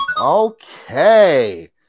Okay